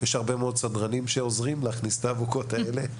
יש הרבה מאוד סדרנים שעוזרים להכניס את האבוקות האלה.